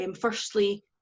Firstly